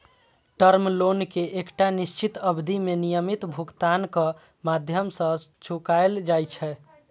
term loan कें एकटा निश्चित अवधि मे नियमित भुगतानक माध्यम सं चुकाएल जाइ छै